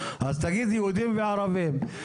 אז תגיד יהודים וערבים.